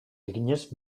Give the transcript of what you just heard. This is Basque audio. eginez